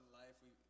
life